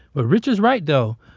but richard's right though.